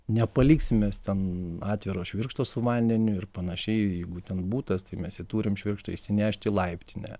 nepaliksim mes ten atviro švirkšto su vandeniu ir panašiai jeigu ten butas tai mes jį turim švirkštą įsinešt į laiptinę